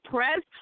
Press